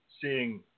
seeing